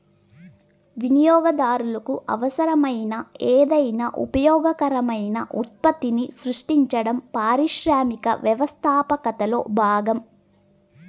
వినియోగదారులకు అవసరమైన ఏదైనా ఉపయోగకరమైన ఉత్పత్తిని సృష్టించడం పారిశ్రామిక వ్యవస్థాపకతలో భాగం